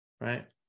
Right